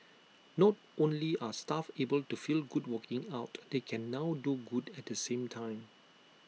not only are staff able to feel good working out they can now do good at the same time